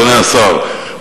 אדוני השר,